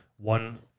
one